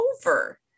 over